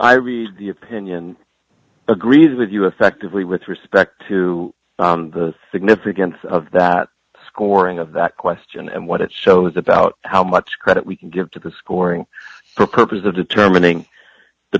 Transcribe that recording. i read the opinion agrees with you affectively with respect to the significance of that scoring of that question and what it shows about how much credit we can give to the scoring purpose of determining the